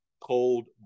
cold